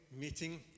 meeting